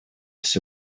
все